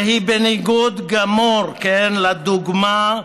היא בניגוד גמור לדוגמה,